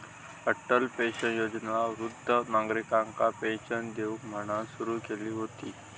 Atal pension Yojana वृद्ध नागरिकांका pension देऊक म्हणान सुरू केली हुती